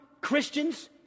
Christians